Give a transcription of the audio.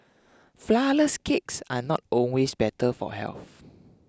Flourless Cakes are not always better for health